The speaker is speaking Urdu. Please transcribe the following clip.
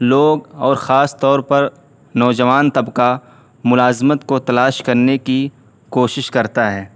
لوگ اور خاص طور پر نوجوان طبقہ ملازمت کو تلاش کرنے کی کوشش کرتا ہے